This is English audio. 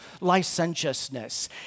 Licentiousness